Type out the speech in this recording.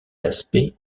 aspect